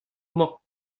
mañ